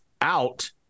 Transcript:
out